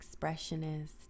expressionist